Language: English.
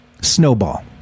snowball